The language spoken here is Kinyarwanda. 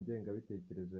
ingengabitekerezo